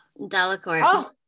Delacorte